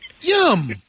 Yum